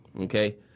okay